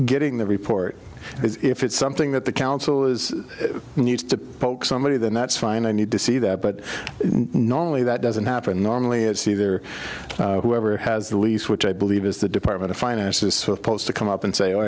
getting the report if it's something that the council is needs to poke somebody then that's fine i need to see that but normally that doesn't happen normally it's either whoever has the lease which i believe is the department of finances so opposed to come up and say oh